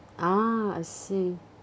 ah I see